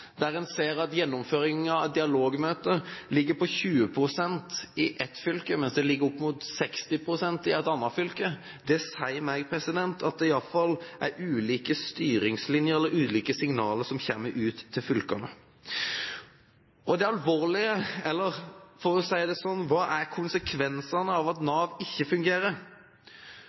der en ser at gjennomføring av dialogmøter ligger på 20 pst. i ett fylke, mens det ligger opp mot 60 pst. i et annet fylke. Det sier meg at det i alle fall er ulike styringslinjer eller ulike signaler som kommer ut til fylkene. Hva er konsekvensene av at Nav ikke fungerer? Jo, det er